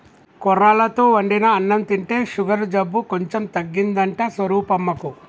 కొర్రలతో వండిన అన్నం తింటే షుగరు జబ్బు కొంచెం తగ్గిందంట స్వరూపమ్మకు